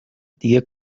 دیگه